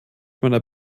meiner